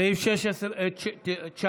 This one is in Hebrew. סעיף 19 בסדר-היום,